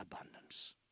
abundance